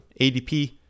ADP